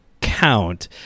count